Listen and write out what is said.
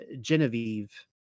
genevieve